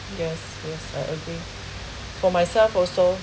yes yes I agree for myself also